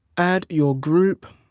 add your group,